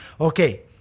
okay